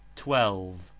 twelve.